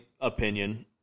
opinion